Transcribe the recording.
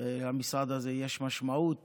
למשרד הזה יש משמעות